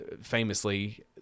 famously